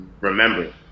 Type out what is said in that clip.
remember